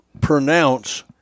pronounce